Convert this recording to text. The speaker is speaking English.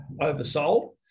oversold